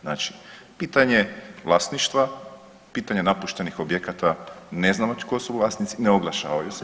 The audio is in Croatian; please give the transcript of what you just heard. Znači pitanje vlasništva, pitanje napuštenih objekata ne znamo tko su vlasnici, ne oglašavaju se.